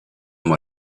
moi